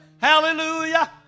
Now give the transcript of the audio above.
Hallelujah